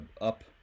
up